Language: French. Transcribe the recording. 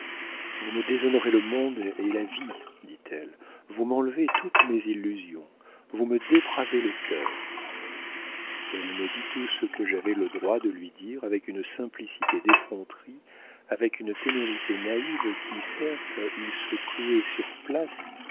vous me déshonorez le monde et la vie dit-elle vous m'enlevez toutes mes illusions vous me dépravez le cœur elle me dit tout ce que j'avais le droit de lui dire avec une simplicité d'effronterie avec une témérité naïve qui certes eussent cloué sur la place